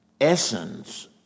essence